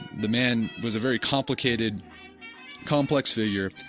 the man was a very complicated complex figure.